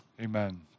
Amen